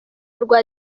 rwa